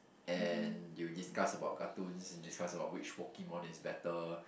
and you discuss about cartoons you discuss about which Pokemon is better